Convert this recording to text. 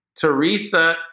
Teresa